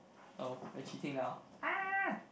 oh we're cheating now ah